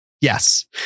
Yes